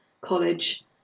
college